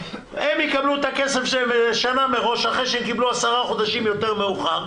הם יקבלו את הכסף שנה מראש אחרי שהם קיבלו עשרה חודשים יותר מאוחר,